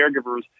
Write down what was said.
caregivers